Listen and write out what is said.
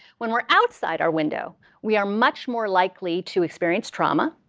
when we're outside our window, we are much more likely to experience trauma.